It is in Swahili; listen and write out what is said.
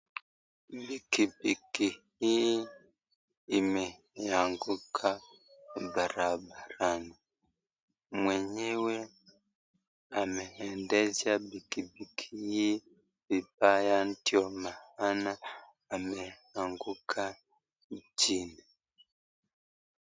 Pikipiki hii imeanguka barabarani, mwenyewe ameendesha pikipiki hii vibaya ndio maana ameanguka chini.